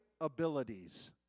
abilities